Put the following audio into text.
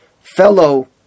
fellow